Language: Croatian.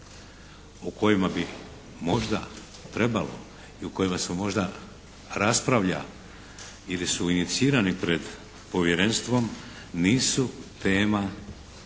o kojima bi možda trebalo i o kojima se možda raspravlja ili su inicirani pred Povjerenstvom nisu tema